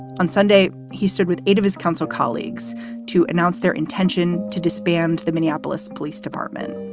on sunday, he stood with eight of his council colleagues to announce their intention to disband the minneapolis police department.